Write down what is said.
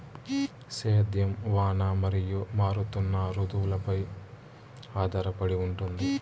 సేద్యం వాన మరియు మారుతున్న రుతువులపై ఆధారపడి ఉంటుంది